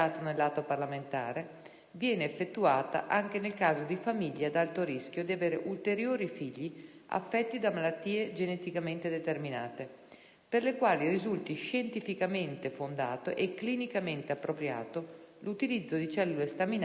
viene effettuata anche nel caso di famiglie ad alto rischio di avere ulteriori figli affetti da malattie geneticamente determinate, per le quali risulti scientificamente fondato e clinicamente appropriato l'utilizzo di cellule staminali da sangue cordonale.